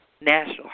National